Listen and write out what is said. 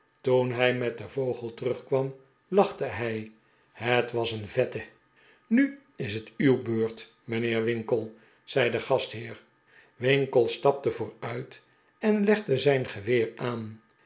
toen hij met den vogel terugkwam lachte hij het was een vette nu is het uw beurt mijnheer winkle zei de gastheer winkle stapte vooruit en legde zijn geweer aan